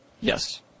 Yes